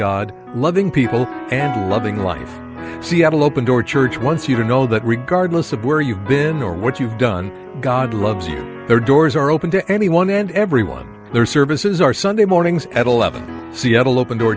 god loving people and loving life seattle open door church once you know that regardless of where you've been or what you've done god loves you there doors are open to anyone and everyone their services are sunday mornings at eleven seattle open door